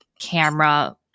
camera